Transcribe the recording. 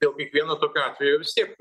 dėl kiekvieno tokio atvejo vis tiek